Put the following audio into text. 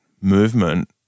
movement